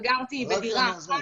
וגרתי בדירה אחת,